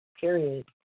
Period